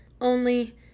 Only